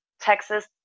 Texas